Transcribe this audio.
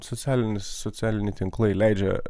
socialinių socialiniai tinklai leidžia